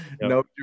No